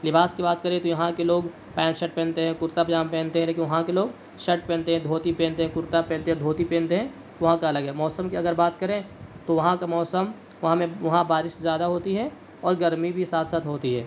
لباس کی بات کریں تو یہاں کے لوگ پینٹ شرٹ پہنتے ہیں کرتا پجامہ پہنتے ہیں لیکن وہاں کے لوگ شرٹ پہنتے ہیں دھوتی پہنتے ہیں کرتا پہنتے ہیں دھوتی پہنتے ہیں وہاں کا الگ ہے موسم کی اگر بات کریں تو وہاں کا موسم وہاں میں وہاں بارش زیادہ ہوتی ہے اور گرمی بھی ساتھ ساتھ ہوتی ہے